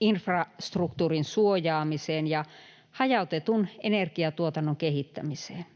infrastruktuurin suojaamiseen ja hajautetun energiantuotannon kehittämiseen.